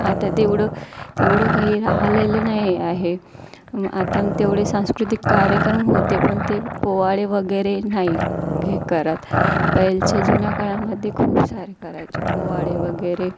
आता तेवढं तेवढं काही राहिलेलं नाही आहे मग आता मग तेवढे सांस्कृतिक कार्यक्रम होते पण ते पोवाडे वगैरे नाही घ करत पहिलेच्या जुन्या काळामध्ये खूप सारे करायचे पोवाडे वगैरे